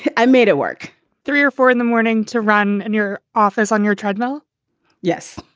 i made it work three or four in the morning to run in your office on your treadmill yes.